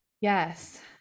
Yes